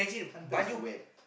is wet